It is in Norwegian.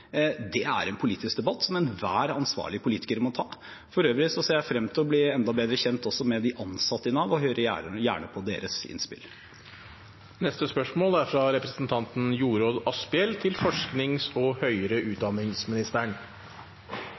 er en politisk debatt som enhver ansvarlig politiker må ta. For øvrig ser jeg frem til å bli enda bedre kjent også med de ansatte i Nav og hører gjerne på deres innspill. Først vil jeg gratulere Asheim med ny statsrådspost og nye ansvarsområder. Regjeringen har nå endelig flyttet ansvaret for høyere